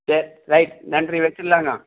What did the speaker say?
சரி ரைட் நன்றி வெச்சிர்லாங்க